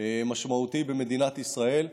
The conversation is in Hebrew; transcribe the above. משמעותי במדינת ישראל,